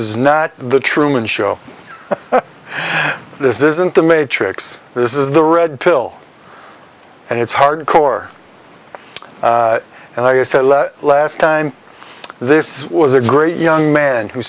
is not the truman show this isn't the matrix this is the red pill and it's hard core and i said last time this was a great young man who